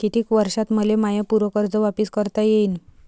कितीक वर्षात मले माय पूर कर्ज वापिस करता येईन?